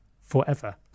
forever